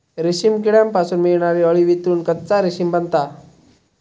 रेशीम किड्यांपासून मिळणारी अळी वितळून कच्चा रेशीम बनता